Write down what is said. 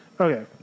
Okay